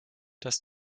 das